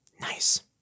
Nice